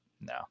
no